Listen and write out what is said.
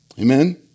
Amen